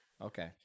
Okay